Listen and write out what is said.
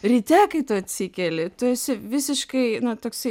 ryte kai tu atsikeli tu esi visiškai nu toksai